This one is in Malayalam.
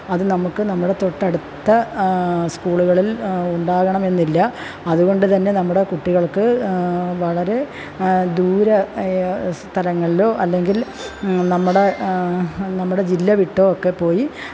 അത് നമുക്ക് നമ്മുടെ തൊട്ടടുത്ത സ്കൂളുകളില് ഉണ്ടാവണമെന്നില്ല അതുകൊണ്ട് തന്നെ നമ്മുടെ കുട്ടികള്ക്ക് വളരെ ദൂരെ സ്ഥലങ്ങളിലോ അല്ലെങ്കില് നമ്മുടെ നമ്മുടെ ജില്ല വിട്ടോ ഒക്കെ പോയി